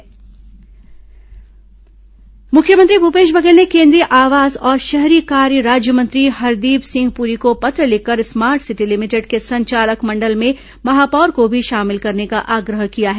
मुख्यमंत्री पत्र मुख्यमंत्री भूपेश बघेल ने केंद्रीय आवास और शहरी कार्य राज्यमंत्री हरदीप सिंह पुरी को पत्र लिखकर स्मार्ट सिटी लिमिटेड के संचालक मंडल में महापौर को भी शामिल करने का आग्रह किया है